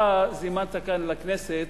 אתה זימנת כאן לכנסת